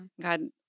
God